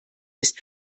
ist